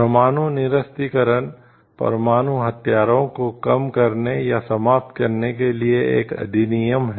परमाणु निरस्त्रीकरण परमाणु हथियारों को कम करने या समाप्त करने के लिए एक अधिनियम है